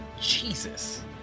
Jesus